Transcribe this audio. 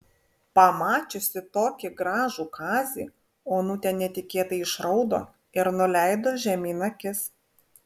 pamačiusi tokį gražų kazį onutė netikėtai išraudo ir nuleido žemyn akis